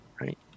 right